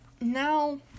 Now